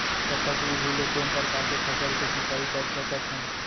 टपक विधि ले कोन परकार के फसल के सिंचाई कर सकत हन?